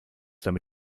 damit